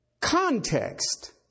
context